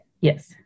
Yes